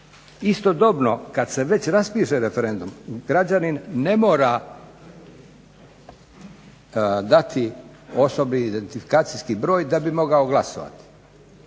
istodobno kada se već raspiše referendum građanin ne mora dati osobi identifikacijski broj da bi mogao glasovati.